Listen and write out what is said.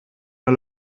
der